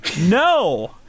No